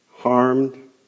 harmed